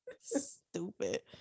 Stupid